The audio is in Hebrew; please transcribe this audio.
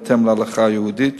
בהתאם להלכה היהודית,